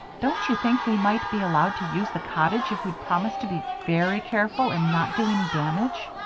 don't you think we might be allowed to use the cottage if we'd promise to be very careful and not do any damage?